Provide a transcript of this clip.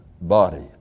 body